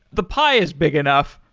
the pie is big enough.